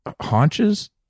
haunches